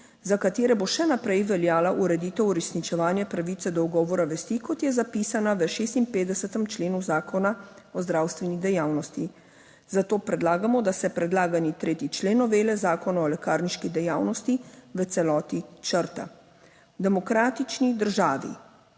za katere bo še naprej veljala ureditev uresničevanja pravice do ugovora vesti, kot je zapisana v 56. členu zakona o zdravstveni dejavnosti, zato predlagamo, da se predlagani 3. člen novele Zakona o lekarniški dejavnosti v celoti črta. V demokratični državi,